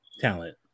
talent